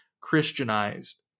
Christianized